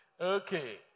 Okay